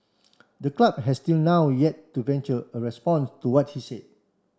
the club has till now yet to venture a response to what he said